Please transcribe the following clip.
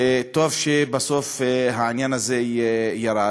וטוב שבסוף העניין הזה ירד.